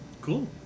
Cool